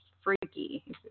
freaky